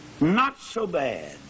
Not-So-Bad